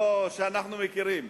זה לא שאנחנו מכירים.